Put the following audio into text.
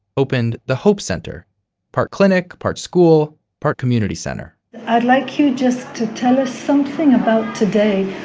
opened the hope center part clinic, part school, part community center i'd like you just to tell us something about today.